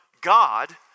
God